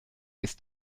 ist